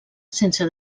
sense